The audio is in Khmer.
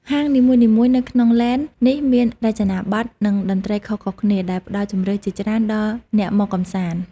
ហាងនីមួយៗនៅក្នុង ឡេន នេះមានរចនាបថ និងតន្ត្រីខុសៗគ្នា ដែលផ្ដល់ជម្រើសជាច្រើនដល់អ្នកមកកម្សាន្ត។